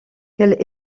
quelle